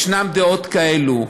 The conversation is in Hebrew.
יש דעות כאלו.